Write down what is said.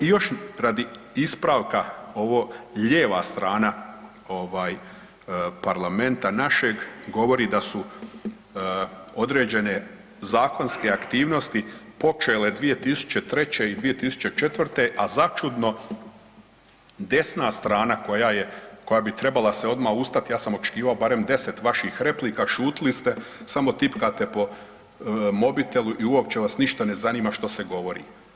I još radi ispravka, ovo lijeva strana ovaj parlamenta našeg govori da su određene zakonske aktivnosti počele 2003. i 2004., a začudno desna strana koja je, koja bi trebala se odmah ustati, ja sam očekivao barem 10 vaših replika, šutili ste, samo tipkate po mobitelu i uopće vas ništa ne zanima što se govori.